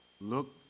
look